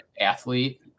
athlete